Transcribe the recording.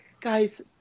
guys